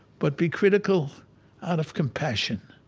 but be critical out of compassion,